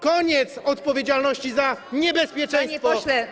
Koniec odpowiedzialności za niebezpieczeństwo.